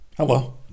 Hello